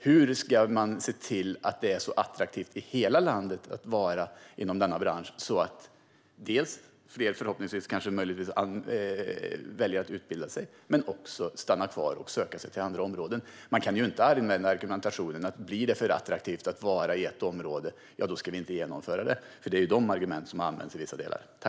Hur ska man se till att det blir attraktivt i hela landet inom denna bransch så att fler förhoppningsvis väljer att utbilda sig eller att stanna kvar och söka sig till andra områden? Man kan inte använda argumentationen att om det blir för attraktivt att arbeta i ett område ska det inte genomföras. Det är ju dessa argument som har använts.